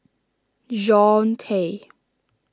Jean Tay